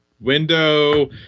window